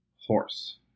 horse